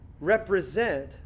represent